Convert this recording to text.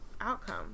outcome